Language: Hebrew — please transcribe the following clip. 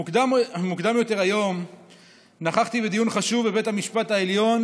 מוקדם יותר היום נכחתי בדיון חשוב בבית המשפט העליון